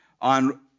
on